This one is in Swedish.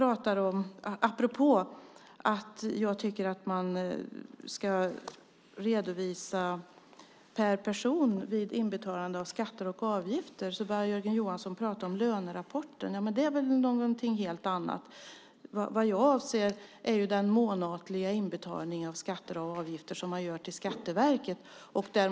Apropå att jag tycker att man ska redovisa per person vid inbetalning av skatter och avgifter börjar Jörgen Johansson prata om lönerapporter. Det är väl något helt annat. Jag avser den månatliga inbetalning av skatter och avgifter som görs till Skatteverket.